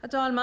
Herr talman!